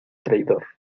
traidor